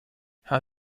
how